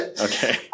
Okay